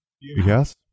Yes